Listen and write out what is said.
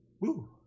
Woo